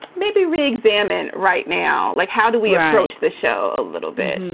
maybe re-examine right now like how do we approach the show a little bit. and